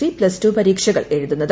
C plus two പരീക്ഷകൾ എഴുതുന്നത്